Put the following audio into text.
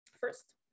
first